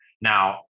now